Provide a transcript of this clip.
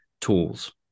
tools